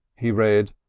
he read,